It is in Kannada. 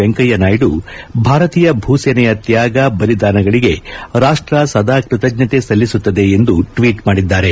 ವೆಂಕಯ್ಣನಾಯ್ದು ಭಾರತೀಯ ಭೂಸೇನೆಯ ತ್ಯಾಗ ಬಲಿದಾನಗಳಿಗೆ ರಾಷ್ಟ ಸದಾ ಕೃತಜ್ಞತೆ ಸಲ್ಲಿಸುತ್ತದೆ ಎಂದು ಟ್ವೀಟ್ ಮಾಡಿದ್ದಾರೆ